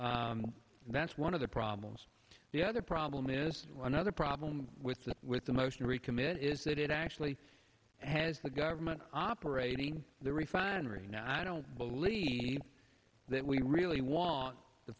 and that's one of the problems the other problem is another problem with the with the motion to recommit is that it actually has the government operating the refinery now i don't believe that we really want the